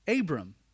Abram